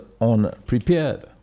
unprepared